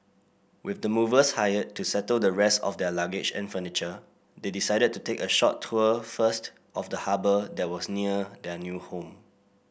with the movers hired to settle the rest of their luggage and furniture they decided to take a short tour first of the harbour that was near their new home